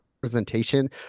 presentation